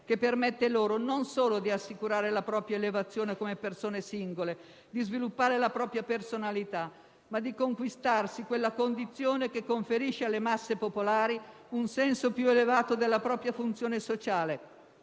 che permette loro non solo di assicurare la propria elevazione come persone singole, di sviluppare la propria personalità, ma di conquistarsi quella condizione che conferisce alle masse popolari un senso più elevato della propria funzione sociale,